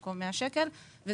במקום 100 שקל לטון,